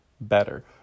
better